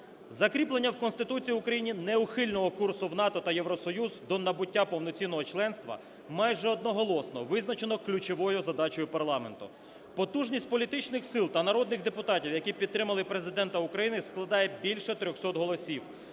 Закріплення в Конституції України неухильного курсу в НАТО та в Євросоюз, до набуття повноцінного членства, майже одноголосно визначено ключовою задачею парламенту. Потужність політичних сил та народних депутатів, які підтримали Президента України, складає більше 300 голосів,